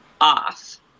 off